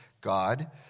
God